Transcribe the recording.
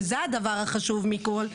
וזה הדבר החשוב מכול,